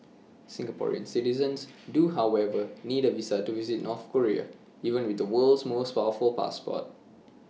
Singaporean citizens do however need A visa to visit North Korea even with the world's most powerful passport